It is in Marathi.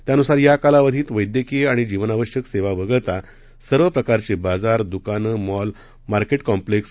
त्यानुसार या कालावधीत वद्यक्रीय आणि जीवनावश्यक सेवा वगळता सर्व प्रकारचे बाजार दुकानं मॉल मार्केट कॉम्प्लेक्स